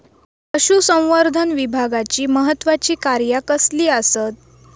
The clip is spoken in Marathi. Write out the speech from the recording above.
पशुसंवर्धन विभागाची महत्त्वाची कार्या कसली आसत?